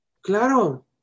Claro